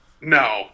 No